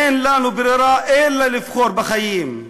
אין לנו ברירה אלא לבחור בחיים.